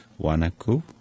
Wanaku